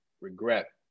regret